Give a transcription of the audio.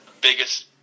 biggest